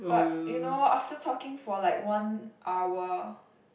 but you know after talking for like one hour